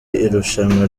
irushanwa